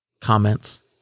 Comments